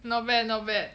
not bad not bad